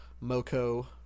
MoCo